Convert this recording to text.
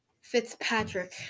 Fitzpatrick